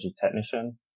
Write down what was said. technician